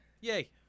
yay